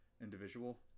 individual